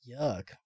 Yuck